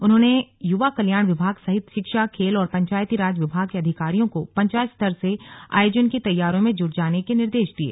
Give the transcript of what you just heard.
उन्होंने युवा कल्याण विभाग सहित शिक्षा खेल और पंचायतीराज विभाग के अधिकारियों को पंचायत स्तर से आयोजन की तैयारियों में जुट जाने के निर्देश दिये